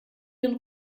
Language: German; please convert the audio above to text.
den